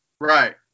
Right